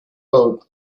boat